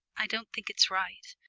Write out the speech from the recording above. i don't think it's right.